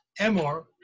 Emor